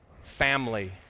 family